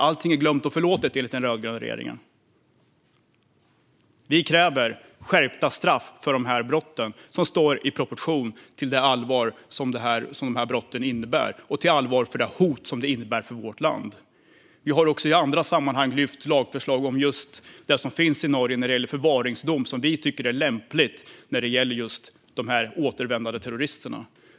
Allt är glömt och förlåtet, enligt den rödgröna regeringen. Vi kräver skärpta straff för dessa brott, straff som står i proportion till det allvar som brotten innebär och till det hot som detta innebär för vårt land. Vi har även i andra sammanhang lyft upp lagförslag om det som finns i Norge, nämligen förvaringsdom. Detta tycker vi är lämpligt för återvändandeterroristerna.